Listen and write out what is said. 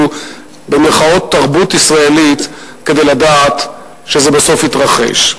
"תרבות ישראלית" כדי לדעת שזה בסוף יתרחש.